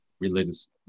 religious